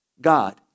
God